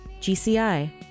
GCI